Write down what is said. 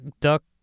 Duck